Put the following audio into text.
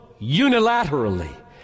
unilaterally